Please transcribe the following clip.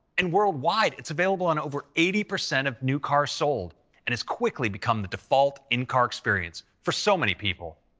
and worldwide, it's available on over eighty percent of new cars sold and has quickly become the default in-car experience for so many people.